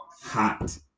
hot